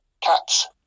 cats